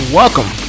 welcome